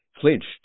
flinched